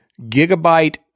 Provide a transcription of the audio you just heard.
Gigabyte